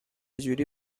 جوری